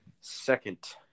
second